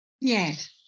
Yes